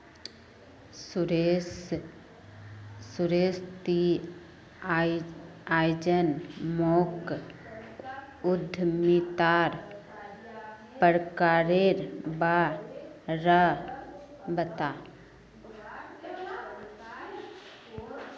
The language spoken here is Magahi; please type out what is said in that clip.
सुरेश ती आइज मोक उद्यमितार प्रकारेर बा र बता